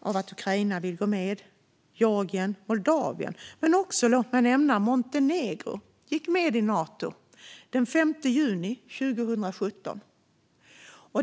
av att Ukraina vill gå med, liksom Georgien och Moldavien. Men låt mig också nämna Montenegro, som gick med i Nato den 5 juni 2017.